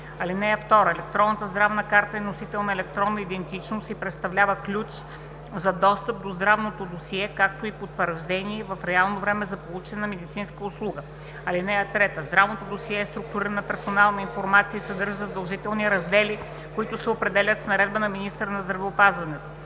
лица. (2) Електронната здравна е носител на електронна идентичност и представлява ключ за достъп до здравното досие, както и потвърждение в реално време за получена медицинска услуга. (3) Здравното досие е структурирана персонална информация и съдържа задължителни раздели, които се определят с наредба на министъра на здравеопазването.